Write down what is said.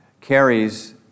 carries